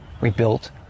rebuilt